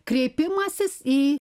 kreipimasis į